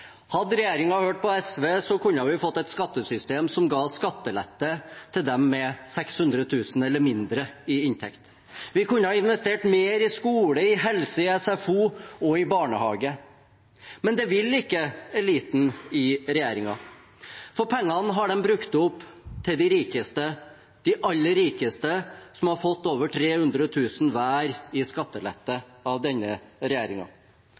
Hadde regjeringen hørt på SV, kunne vi fått et skattesystem som ga skattelette til dem med 600 000 kr eller mindre i inntekt. Vi kunne investert mer i skole, i helse, i SFO og i barnehage. Men det vil ikke eliten i regjeringen. For pengene har de brukt opp på de rikeste – de aller rikeste – som har fått over 300 000 kr hver i skattelette av denne